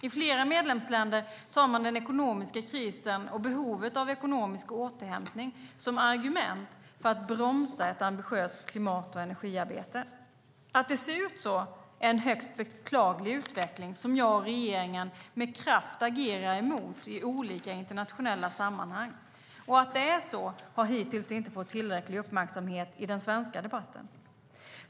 I flera medlemsländer tar man den ekonomiska krisen och behovet av ekonomisk återhämtning som argument för att bromsa ett ambitiöst klimat och energiarbete. Att det ser ut så är en högst beklaglig utveckling, som jag och regeringen med kraft agerar emot i olika internationella sammanhang, och att det är så har hittills inte fått tillräcklig uppmärksamhet i den svenska debatten.